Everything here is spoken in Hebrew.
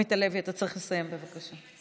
עמית הלוי, אתה צריך לסיים, בבקשה.